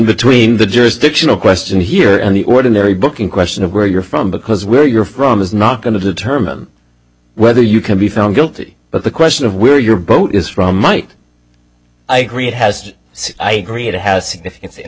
between the jurisdictional question here and the ordinary booking question of where you're from because where you're from is not going to determine whether you can be found guilty but the question of where your boat is from might i agree it has to say i agree it has s